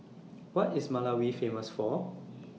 What IS Malawi Famous For